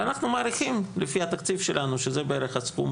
ואנחנו מעריכים כלפי התקציב שלנו שזה בערך הסכום.